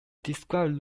described